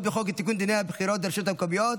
בחוק לתיקון דיני הבחירות לרשויות המקומיות